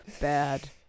bad